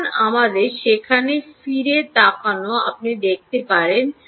এখন আমাদের সেখানে ফিরে তাকান আপনি দেখতে পারেন